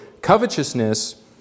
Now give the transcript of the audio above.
covetousness